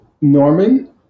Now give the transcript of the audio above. norman